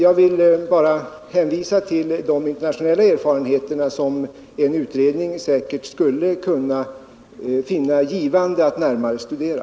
Jag vill bara hänvisa till de internationella erfarenheter som en utredning säkert skulle kunna finna givande att närmare studera.